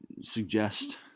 suggest